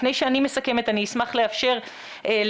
לפני שאני מסכמת אני אשמח לאפשר לדביר